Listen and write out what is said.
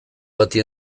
bati